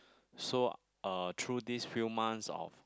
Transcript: so uh through these few months of